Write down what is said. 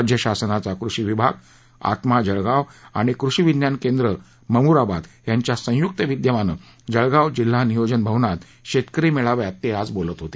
राज्य शासनाचा कृषी विभाग आत्मा जळगाव आणि कृषी विज्ञान केंद्र ममुराबाद यांच्या संयुक्त विद्यमाने जळगाव जिल्हा नियोजन भवनात शेतकरी मेळाव्यात ते आज बोलत होते